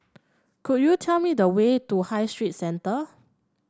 could you tell me the way to High Street Centre